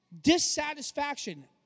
dissatisfaction